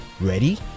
Ready